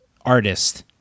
artist